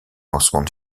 lancement